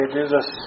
Jesus